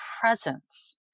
presence